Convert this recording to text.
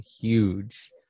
huge